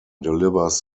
delivers